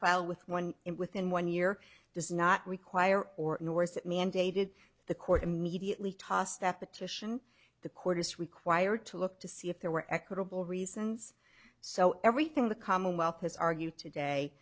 file with one in within one year does not require or nor is it mandated the court immediately toss that petition the court is required to look to see if there were equitable reasons so everything the commonwealth has argued today